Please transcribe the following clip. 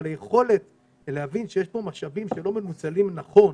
אבל צריך להבין שיש פה משאבים שלא מנוצלים נכון